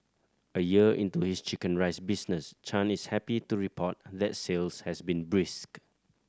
a year into his chicken rice business Chan is happy to report that sales has been brisk